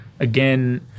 Again